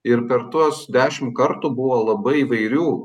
ir per tuos dešimt kartų buvo labai įvairių